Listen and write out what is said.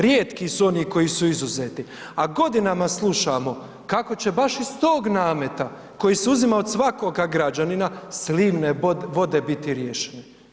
Rijetki su oni koji su izuzeti, a godinama slušamo kako će baš iz tog nameta koji se uzima od svakoga građanina slivne vode biti riješeni.